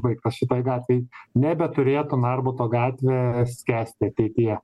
baigtas šitoj gatvėj nebeturėtų narbuto gatvė skęsti ateityje